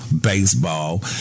baseball